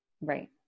Right